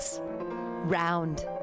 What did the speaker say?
Round